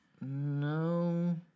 No